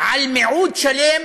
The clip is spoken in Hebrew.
על מיעוט שלם,